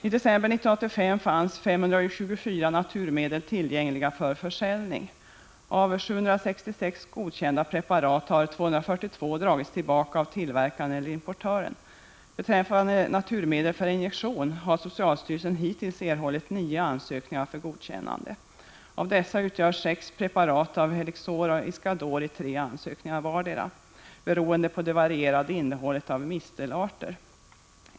I december 1985 fanns 524 naturmedel tillgängliga för försäljning. Av 766 godkända preparat har 242 dragits tillbaka av tillverkaren eller importören. Beträffande naturmedel för injektion har socialstyrelsen hittills erhållit nio ansökningar för godkännande. Av dessa ansökningar gäller sex preparat av Helixor och Iscador i tre ansökningar vardera, beroende på det varierande innehållet av mistelarter.